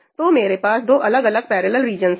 तो मेरे पास दो अलग अलग पैरेलल रीजंस है